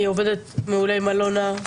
אני עובדת מעולה עם אלונה.